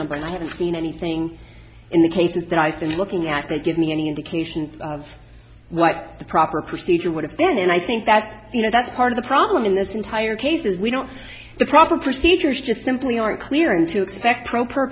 number and i haven't seen anything in the cases that i've been looking at that give me any indications of what the proper procedure would have been and i think that you know that's part of the problem in this entire case is we don't the proper procedures just simply aren't clear and to expect pro p